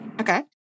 Okay